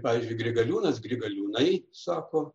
pavyzdžiui grigaliūnas grigaliūnai sako